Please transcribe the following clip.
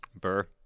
Burr